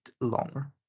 longer